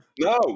No